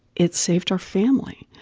it saved our family